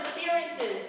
experiences